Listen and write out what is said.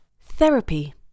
Therapy